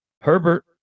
Herbert